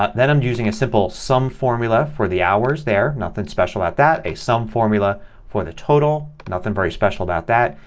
ah then i'm using a simple sum formula for the hours there. nothing special about that. a sum formula for the total. nothing very special about that.